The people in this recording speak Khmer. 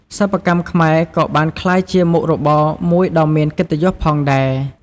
សិប្បកម្មខ្មែរក៏បានក្លាយជាមុខរបរមួយដ៏មានកិត្តិយសផងដែរ។